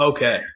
Okay